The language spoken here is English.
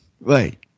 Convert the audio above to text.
right